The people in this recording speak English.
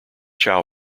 chow